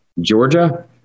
Georgia